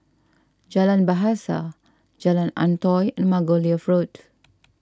Jalan Bahasa Jalan Antoi and Margoliouth Road